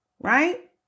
Right